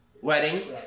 wedding